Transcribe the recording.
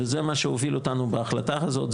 וזה מה שהוביל אותנו בהחלטה הזאת.